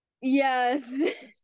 Yes